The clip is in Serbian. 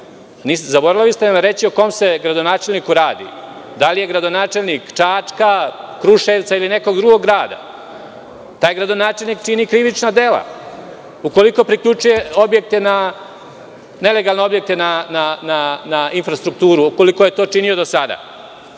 Zaboravili ste da nam kažete o kom se gradonačelniku radi. Da li je to gradonačelnik Čačka, Kruševca ili nekog drugog grada? Taj gradonačelnik čini krivična dela ukoliko priključuje objekte na infrastrukturu i ukoliko je to činio do sada. Ima